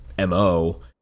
mo